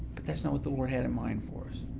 but that's not what the lord had in mind for